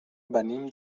venim